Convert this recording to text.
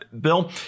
Bill